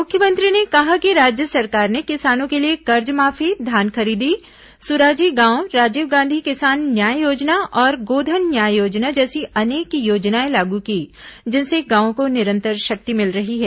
मुख्यमंत्री ने कहा कि राज्य सरकार ने किसानों के लिए कर्जमाफी धान खरीदी सुराजी गांव राजीव गांधी किसान न्याय योजना और गोधन न्याय योजना जैसी अनेक योजनाएं लागू की जिनसे गांवों को निरंतर शक्ति मिल रही है